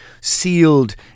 sealed